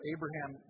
Abraham